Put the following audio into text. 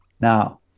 Now